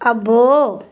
అబ్బో